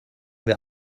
wir